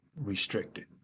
restricted